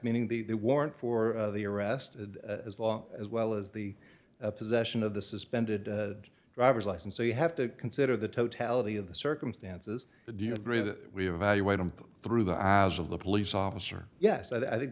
meaning the warrant for the arrested as long as well as the possession of the suspended driver's license so you have to consider the totality of the circumstances do you agree that we evaluate them through the eyes of the police officer yes i think